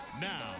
Now